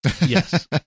Yes